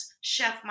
Chef